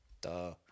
duh